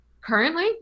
Currently